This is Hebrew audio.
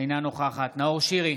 אינה נוכחת נאור שירי,